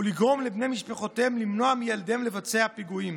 ולגרום לבני משפחותיהם למנוע מילדיהם לבצע פיגועים.